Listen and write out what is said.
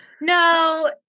no